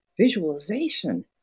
Visualization